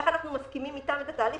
איך אנחנו מסכימים אתם על התהליך